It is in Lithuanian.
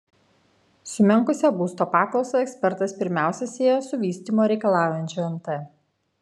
sumenkusią būsto paklausą ekspertas pirmiausia sieja su vystymo reikalaujančiu nt